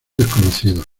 desconocidos